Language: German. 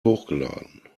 hochgeladen